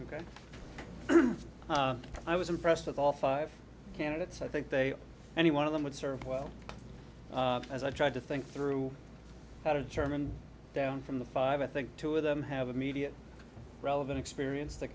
ok i was impressed with all five candidates i think they any one of them would serve well as i tried to think through how to determine down from the five i think two of them have immediate relevant experience that